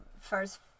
first